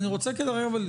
הם אמרו.